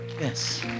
yes